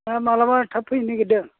ओ मालाबा थाब फैनो नागिरदों